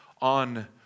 on